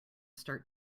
start